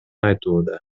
айтууда